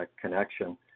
connection